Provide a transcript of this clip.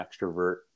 extrovert